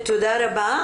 תודה רבה.